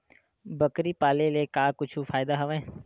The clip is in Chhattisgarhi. बकरी पाले ले का कुछु फ़ायदा हवय?